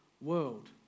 world